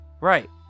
Right